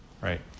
right